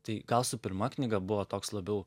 tai gal su pirma knyga buvo toks labiau